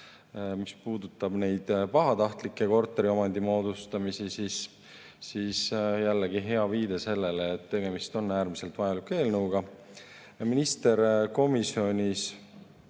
mis puudutab neid pahatahtlikke korteriomandi moodustamisi. See on jällegi hea viide sellele, et tegemist on äärmiselt vajaliku eelnõuga. Minister komisjonis